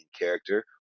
character